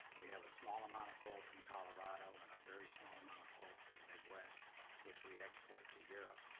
we have a small amount of coal from colorado and a very small amount of coal from the midwest which we export to europe.